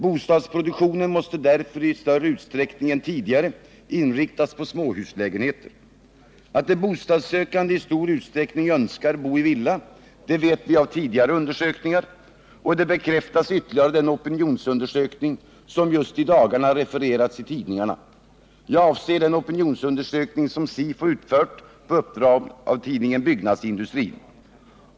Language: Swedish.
Bostadsproduktionen måste därför i högre grad än tidigare inriktas på småhuslägenheter. Att de bostadssökande i stor utsträckning önskar bo i villa, det vet vi av tidigare undersökningar, och det bekräftas ytterligare av den opinionsundersökning som just i dagarna refererats i tidningarna. Jag avser den opinionsundersökning som Sifo utfört på uppdrag av tidningen Byggnadsindustrin.